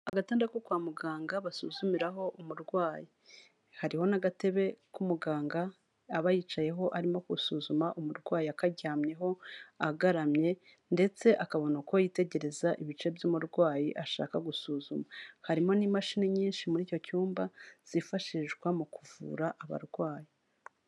Agatanda ko kwa muganga basuzumiraho umurwayi, hariho n'agatebe k'umuganga aba yicayeho arimo gusuzuma umurwayi akaryamyeho agaramye ndetse akabona uko yitegereza ibice by'umurwayi ashaka gusuzuma, harimo n'imashini nyinshi muri icyo cyumba zifashishwa mu kuvura abarwayi.